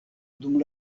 dum